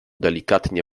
delikatnie